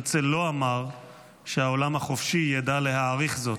הרצל לא אמר שהעולם החופשי ידע להעריך זאת.